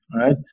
right